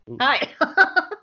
Hi